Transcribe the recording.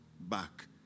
back